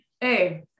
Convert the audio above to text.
Hey